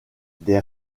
des